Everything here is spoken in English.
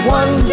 one